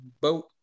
boat